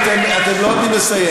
אתם כולכם תאהבו את הסיפור.